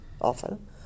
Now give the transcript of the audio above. often